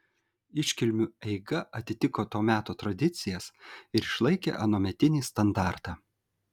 iškilmių eiga atitiko to meto tradicijas ir išlaikė anuometinį standartą